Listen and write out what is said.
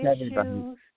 issues